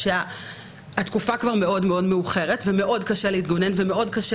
כאשר התקופה כבר מאוד מאוד מאוחרת ומאוד קשה להתגונן ומאוד קשה